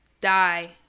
die